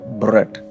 bread